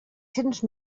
cents